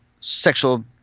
sexual